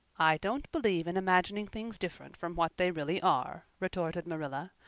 i don't believe in imagining things different from what they really are, retorted marilla.